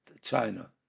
China